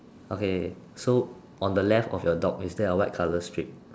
okay so on the left of your dog is there a white colour strip